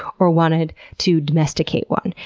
or wanted to domesticate one,